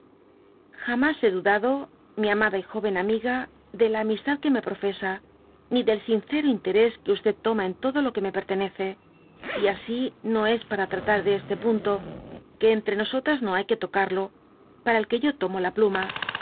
jamas he dudado mi amada y jdven amiga de la amistad que me profesa ni del sincero interés que toma en todo lo que me pertenece y asi no es para tratar de este punto que entre nosotras no ly que tocarlo para el que yo tomo la pluma